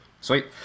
Sweet